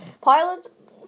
Pilot